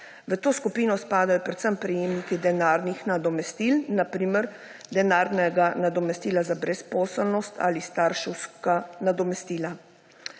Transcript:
V to skupino spadajo predvsem prejemniki denarnih nadomestil, na primer denarnega nadomestila za brezposelnost ali starševska nadomestila.